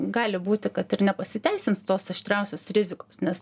gali būti kad ir nepasiteisins tos aštriausios rizikos nes